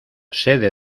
sede